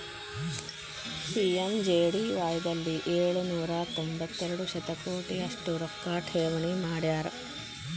PMJDY ದಲ್ಲಿ ಏಳು ನೂರ ತೊಂಬತ್ತೆರಡು ಶತಕೋಟಿ ಅಷ್ಟು ರೊಕ್ಕ ಠೇವಣಿ ಮಾಡ್ಯಾರ